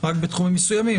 רק בתחומים מסוימים,